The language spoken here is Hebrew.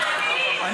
אולי גם,